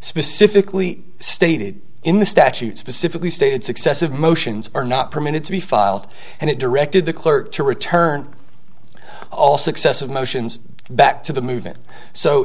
specifically stated in the statute specifically stated successive motions are not permitted to be filed and it directed the clerk to return all successive motions back to the movement so